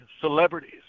celebrities